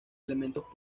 elementos